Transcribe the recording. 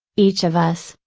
each of us,